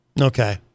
Okay